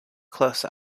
close